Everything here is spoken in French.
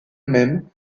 même